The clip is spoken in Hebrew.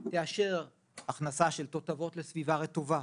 תאשר הכנסה פנימה של תותבות לסביבה רטובה